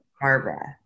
Barbara